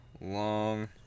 long